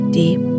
deep